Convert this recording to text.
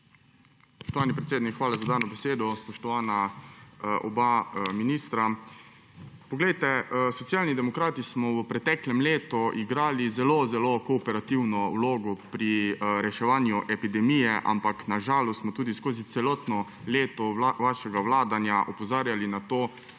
hvala za dano besedo. Spoštovana oba ministra! Socialni demokrati smo v preteklem letu igrali zelo zelo kooperativno vlogo pri reševanju epidemije, ampak na žalost smo tudi skozi celotno leto vašega vladanja opozarjali na to,